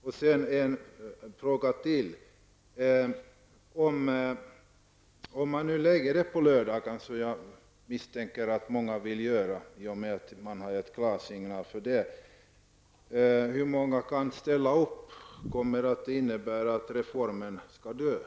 Och om man nu lägger hemspråksundervisningen på lördagar, vilket jag misstänker att man vill göra på många håll, eftersom det har kommit klarsignaler om det, hur många kommer då att kunna ställa upp? Kommer det inte att innebära ett slut för denna reform?